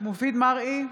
מופיד מרעי,